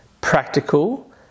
practical